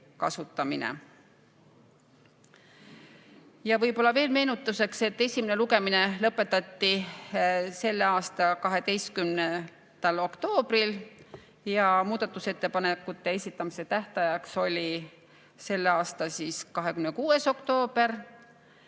Võib-olla veel meenutuseks, et esimene lugemine lõpetati selle aasta 12. oktoobril ja muudatusettepanekute esitamise tähtajaks oli selle aasta 26. oktoober.